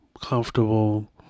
comfortable